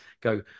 go